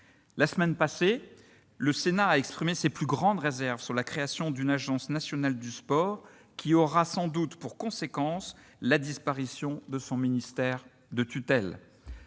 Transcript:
La semaine dernière, le Sénat a exprimé ses plus grandes réserves sur la création d'une Agence nationale du sport, qui aura sans doute pour conséquence la disparition du ministère de tutelle.